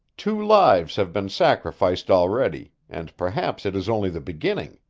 two lives have been sacrificed already, and perhaps it is only the beginning.